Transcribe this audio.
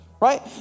Right